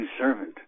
servant